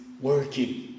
working